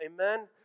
amen